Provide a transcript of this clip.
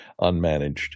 unmanaged